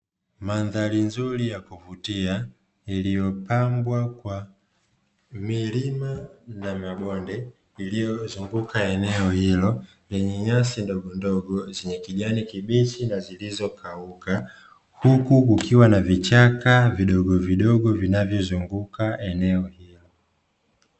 Mandhari nzuri ya kuvutia iliyopangwa kwa milima na mabonde iliyozunguka eneo hilo, lenye nyasi ndogondogo zenye kijani kibichi na zilizokauka, huku kukiwa na vichaka vidogovidogo vinavyozunguka eneo hilo.